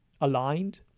aligned